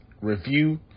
review